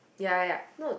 ya ya ya no